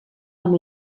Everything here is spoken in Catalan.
amb